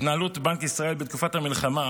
התנהלות בנק ישראל בתקופת המלחמה,